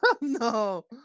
No